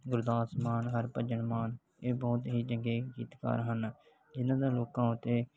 ਗੁਰਦਾਸ ਮਾਨ ਹਰਭਜਨ ਮਾਨ ਇਹ ਬੁਹਤ ਹੀ ਚੰਗੇ ਗੀਤਕਾਰ ਹਨ ਜਿਹਨਾਂ ਦਾ ਲੋਕਾਂ ਉੱਤੇ